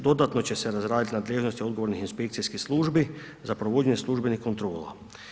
Dodatno će se razraditi nadležnost odgovornih inspekcijskih službi za provođenje službenih kontrola.